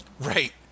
Right